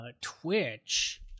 twitch